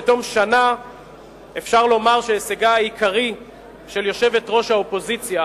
בתום שנה אפשר לומר שהישגה העיקרי של יושבת-ראש האופוזיציה